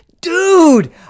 dude